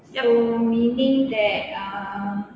so meaning that ah